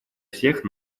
всех